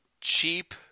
cheap